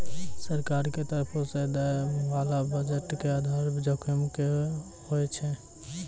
सरकार के तरफो से दै बाला बजट के आधार जोखिम कि होय छै?